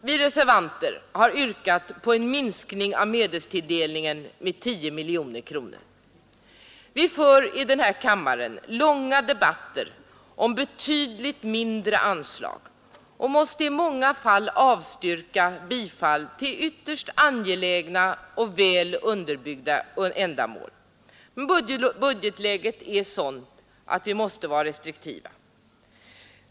Vi reservanter har yrkat på en minskning av medelstilldelningen med 10 miljoner kronor. Vi för i denna kammare långa debatter om betydligt mindre anslag och måste i många fall avstyrka bifall till ytterligt angelägna och väl underbyggda ändamål, eftersom budgetläget är sådant att vi måste vara restriktiva.